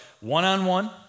one-on-one